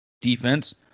Defense